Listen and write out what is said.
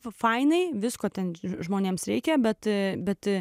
fainai visko ten žmonėms reikia bet bet